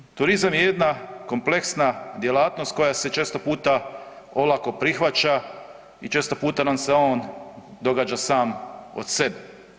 Tako da turizam je jedna kompleksna djelatnost koja se često puta olako prihvaća i često puta nam se on događa sam od sebe.